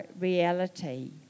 reality